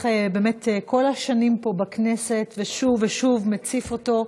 כל השנים פה בכנסת ושוב ושוב מציף אותו,